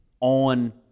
on